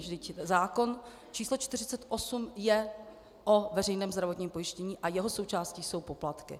Vždyť zákon č. 48 je o veřejném zdravotním pojištění a jeho součástí jsou poplatky.